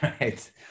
right